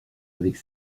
avec